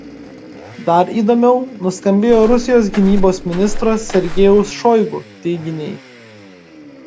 dar įdomiau nuskambėjo rusijos gynybos ministro sergejaus šoigu teiginiai